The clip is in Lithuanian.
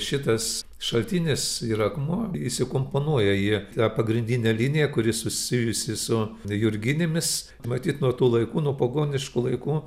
šitas šaltinis ir akmuo įsikomponuoja į tą pagrindinę liniją kuri susijusi su jurginėmis matyt nuo tų laikų nuo pagoniškų laikų